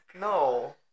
No